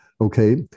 okay